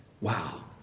Wow